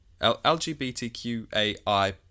LGBTQAI